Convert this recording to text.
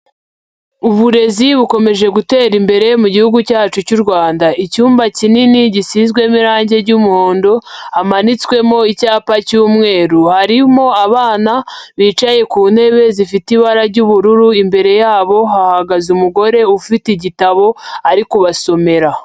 Uburezi bukomeje gutera imbere mu Gihugu cyacu cy'u Rwanda. Icyumba kinini gisizwemo irangi ry'umuhondo, hamanitswemo icyapa cy'umweru. Harimo abana bicaye ku ntebe zifite ibara ry'ubururu, imbere yabo hahagaze umugore ufite igitabo ari kubasomera.